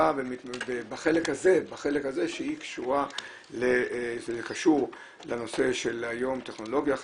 בחלק הזה שקשור לנושא של היום, טכנולוגיה חדשנית,